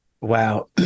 Wow